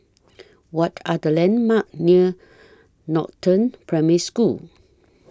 What Are The landmarks near Northern Primary School